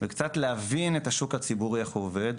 וקצת להבין איך השוק הציבורי עובד.